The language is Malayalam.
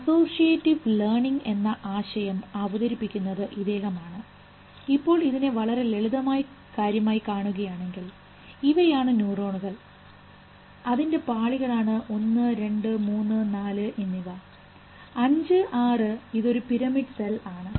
അസോസിയേറ്റ് ലേണിങ് എന്ന ആശയം അവതരിപ്പിക്കുന്നത് ഇദ്ദേഹമാണ് ഇപ്പോൾ ഇതിനെ വളരെ ലളിതമായൊരു കാര്യമായി കാണുകയാണെങ്കിൽ ഇവയാണ് ന്യൂറോണുകൾ ഇത് അതിൻറെ പാളികളാണ് 1 234 എന്നിവ 5 6 ഇത് ഒരു പിരമിഡ് സെൽ ആണ്